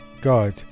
God